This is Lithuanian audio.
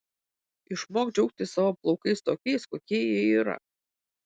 išmok džiaugtis savo plaukais tokiais kokie jie yra